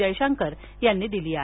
जयशंकर यांनी दिली आहे